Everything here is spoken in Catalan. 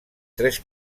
tres